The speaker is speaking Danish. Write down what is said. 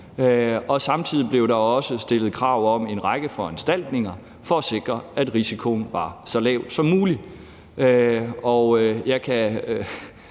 og samtidig blev der også stillet krav om en række foranstaltninger for at sikre, at risikoen var så lav som muligt.